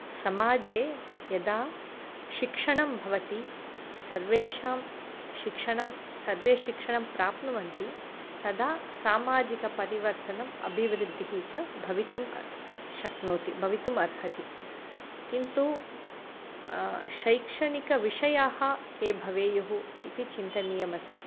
समाजे यदा शिक्षणं भवति सर्वेषां शिक्षणं सर्वे शिक्षणं प्राप्नुवन्ति तदा सामाजिकपरिवर्तनं अभिवृद्धिः च भवितुं शक्नोति भवितुमर्हति किन्तु शैक्षणिकविषयाः के भवेयुः इति चिन्तनीयमस्ति